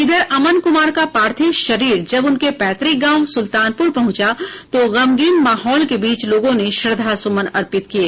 इधर अमन कुमार का पार्थिव शरीर जब उनके पैतुक गांव सुल्तानपुर पहुंचा तो गमगीन माहौल के बीच लोगों ने श्रद्धा सुमन अर्पित किये